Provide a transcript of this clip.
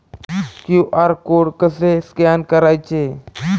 QR code कसे scan करायचे?